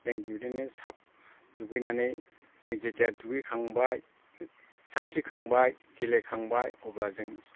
जों बिदिनो साब दुगैनानै जों जेथिया दुगैखांबाय सानस्रिखांबाय गेलेखांबाय अब्ला जों